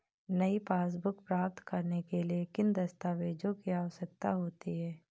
नई पासबुक प्राप्त करने के लिए किन दस्तावेज़ों की आवश्यकता होती है?